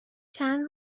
چند